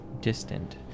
distant